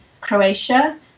Croatia